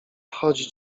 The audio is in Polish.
chodzi